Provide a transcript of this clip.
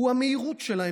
הוא המהירות שלהן.